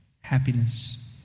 happiness